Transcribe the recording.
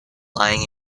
lying